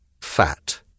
fat